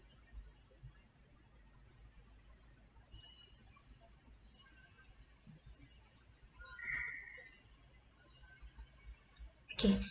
okay